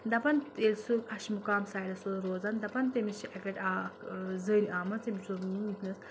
دَپان ییٚلہِ سُہ اشمُقام سایِڈَس اوس روزَان دَپَان تٔمِس چھِ اَکہِ لَٹہِ اَکھ زٔنۍ آمٕژ تٔمِۍ چھُنَس